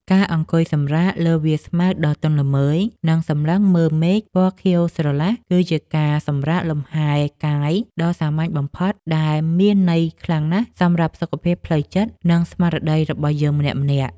ការអង្គុយសម្រាកលើវាលស្មៅដ៏ទន់ល្មើយ និង សម្លឹងមើលមេឃពណ៌ខៀវស្រឡះគឺជាការសម្រាកលំហែកាយដ៏សាមញ្ញបំផុតតែមានន័យខ្លាំងណាស់សម្រាប់សុខភាពផ្លូវចិត្ត និង ស្មារតីរបស់យើងម្នាក់ៗ។